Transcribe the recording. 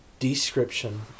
description